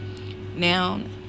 now